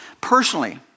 Personally